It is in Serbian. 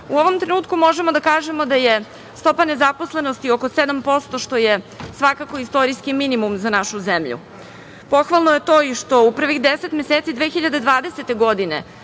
ovom trenutku možemo da kažemo da je stopa nezaposlenosti oko 7% što je svakako istorijski minimum za našu zemlju. Pohvalno je to i što je u prvih deset meseci 2020. godine